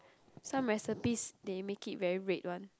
some recipes they make it very red one